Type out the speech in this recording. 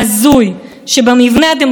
ללא משמעות לבחירה אישית,